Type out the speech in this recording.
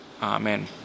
Amen